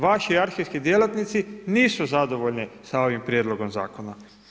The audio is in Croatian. Vaši arhivski djelatnici nisu zadovoljni sa ovim prijedlogom zakona.